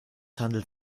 handelt